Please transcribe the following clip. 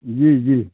जी जी